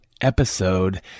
Episode